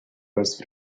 best